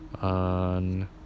on